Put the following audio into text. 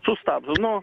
sustabdo nu